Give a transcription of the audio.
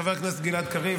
חבר הכנסת גלעד קריב.